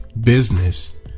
business